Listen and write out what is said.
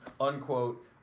unquote